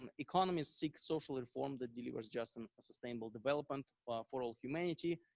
um economists seek social reform that delivers just and sustainable development for all humanity.